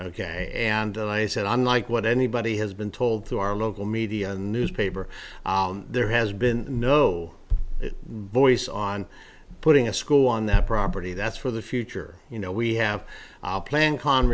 again and i said i'm like what anybody has been told to our local me the newspaper there has been no voice on putting a school on that property that's for the future you know we have a plan con